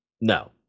no